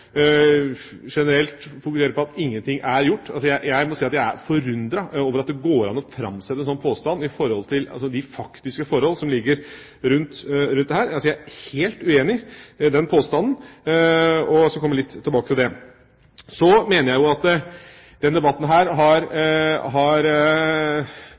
generelt fokuserer på at ingenting er gjort. Jeg må si at jeg er forundret over at det går an å framsette en sånn påstand. Jeg er helt uenig i den påstanden, og jeg skal komme litt tilbake til det. Denne debatten har sluppet katta ut av sekken når det gjelder miljøpartiet Høyre. Det innlegget som representanten Røbekk Nørve holdt i dag, er vel noe av det mest ekstreme som har